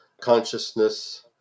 consciousness